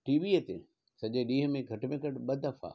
टीवीअ ते सॼे ॾींहं में घटि में घटि ॿ दफ़ा